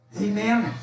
Amen